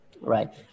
Right